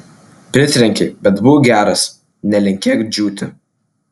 pritrenkei bet būk geras nelinkėk džiūti